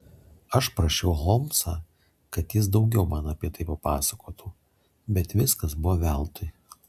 aš prašiau holmsą kad jis daugiau man apie tai papasakotų bet viskas buvo veltui